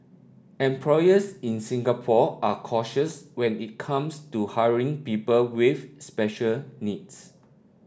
employers in Singapore are cautious when it comes to hiring people with special needs